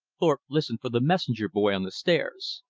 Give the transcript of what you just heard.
thorpe listened for the messenger boy on the stairs.